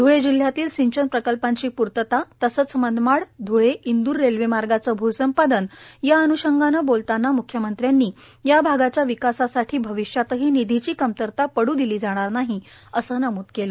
ध्ळे जिल्ह्यातल्या सिंचन प्रकल्पांची पूर्तता तसंच मनमाड ध्ळे इंदूर रेल्वे मार्गाचं भूसंपादन या अन्षंगाने बोलतांना म्ख्यमंत्र्यांनी या भागाच्या विकासासाठी भविष्यातही निधीची कमतरता पडू देणार नाही असं नमूद केलं